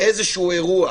אירוע